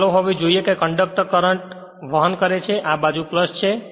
ચાલો હવે જોઈએ કે કંડક્ટર કરંટ વહન કરે છે આ બાજુ છે